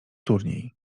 turniej